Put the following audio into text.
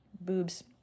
Boobs